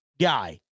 guy